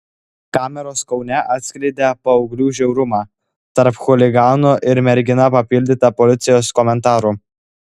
kameros kaune atskleidė paauglių žiaurumą tarp chuliganų ir mergina papildyta policijos komentaru